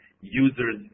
users